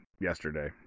yesterday